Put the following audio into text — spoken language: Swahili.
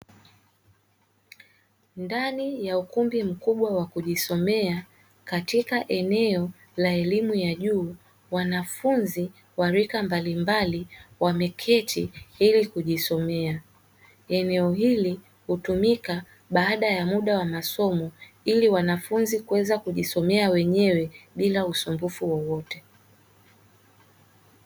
Ndani ya ukumbi mkubwa wa kujisomea katika eneo la elimu ya juu wanafunzi, wa rika mbalimbali wameketi ili kujisomea eneo hili hutumika baada ya muda wa masomo ili wanafunzi kuweza kujisomea wenyewe bila usumbufu wowote.